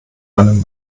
einen